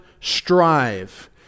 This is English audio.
strive